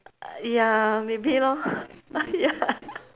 ya maybe lor ya